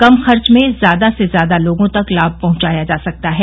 कम खर्च में ज्यादा से ज्यादा लोगों तक लाम पहुंचाया जा सकता है